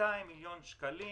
200 מיליון שקלים.